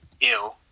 ew